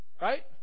right